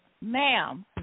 ma'am